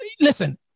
listen